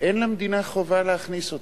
אין למדינה חובה להכניס אותו.